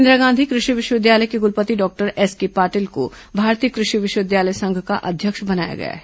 इंदिरा गांधी कृषि विश्वविद्यालय के कुलपति डॉक्टर एसके पाटील को भारतीय कृषि विश्वविद्यालय संघ का अध्यक्ष बनाया गया है